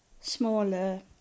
smaller